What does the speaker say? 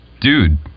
dude